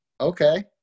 okay